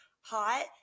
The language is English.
hot